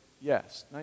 yes